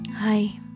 Hi